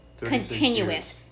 continuous